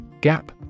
GAP